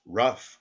rough